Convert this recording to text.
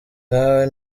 nkawe